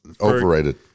Overrated